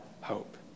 hope